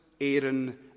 Aaron